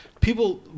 people